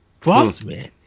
Bossman